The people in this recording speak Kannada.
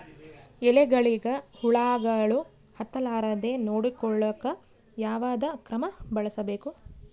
ಎಲೆಗಳಿಗ ಹುಳಾಗಳು ಹತಲಾರದೆ ನೊಡಕೊಳುಕ ಯಾವದ ಕ್ರಮ ಬಳಸಬೇಕು?